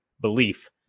belief